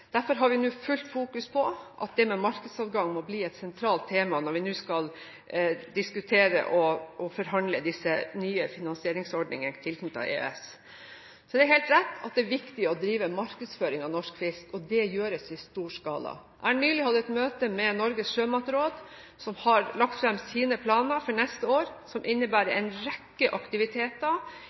Derfor har vi fullt fokus på at markedsadgang må bli et sentralt tema når vi nå skal diskutere og forhandle om disse nye finansieringsordningene tilknyttet EØS. Det er helt rett at det er viktig å drive markedsføring av norsk fisk, og det gjøres i stor skala. Jeg har nylig hatt et møte med Norges sjømatråd, som har lagt fram sine planer for neste år som innebærer en rekke aktiviteter